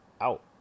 out